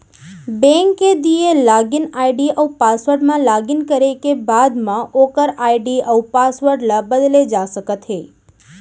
bank के दिए login ID अउ पासवर्ड म लॉगिन करे के बाद म ओकर आईडी अउ पासवर्ड ल बदले जा सकते हे